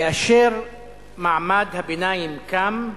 כאשר מעמד הביניים קם,